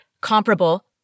comparable